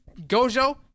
Gojo